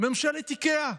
ממשלת איקאה,